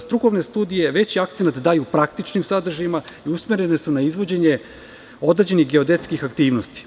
Strukovne studije veći akcenat daju praktičnim sadržajima i usmerene su na izvođenju određenih geodetskih aktivnosti.